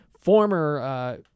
Former